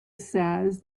says